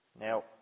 Now